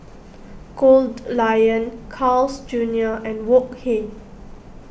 Goldlion Carl's Junior and Wok Hey